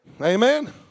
Amen